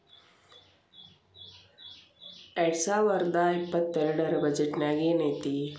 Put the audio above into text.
ಎರ್ಡ್ಸಾವರ್ದಾ ಇಪ್ಪತ್ತೆರ್ಡ್ ರ್ ಬಜೆಟ್ ನ್ಯಾಗ್ ಏನೈತಿ?